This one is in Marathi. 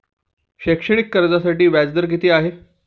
शैक्षणिक कर्जासाठी व्याज दर किती आहे?